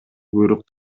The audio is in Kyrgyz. буйрук